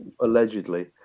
Allegedly